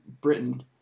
Britain